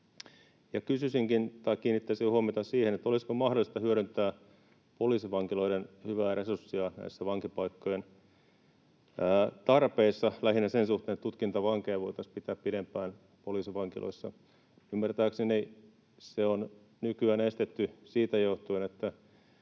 Kiinnittäisinkin huomiota siihen, olisiko mahdollista hyödyntää poliisivankiloiden hyvää resurssia näiden vankipaikkojen tarpeessa, lähinnä sen suhteen, että tutkintavankeja voitaisiin pitää pidempään poliisivankiloissa. Ymmärtääkseni se on nykyään estetty siitä johtuen,